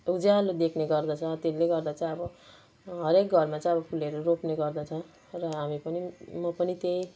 उज्यालो देख्ने गर्दछ त्यसले गर्दा चाहिँ अब हरेक घरहरूमा चाहिँ अब फुलहरू रोप्ने गर्दछ र हामाी पनि म पनि त्यही